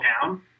town